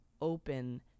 open